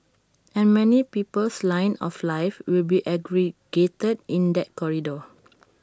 and many people's lines of life will be aggregated in that corridor